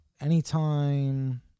anytime